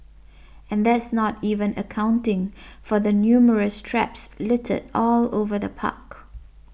and that's not even accounting for the numerous traps littered all over the park